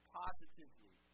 positively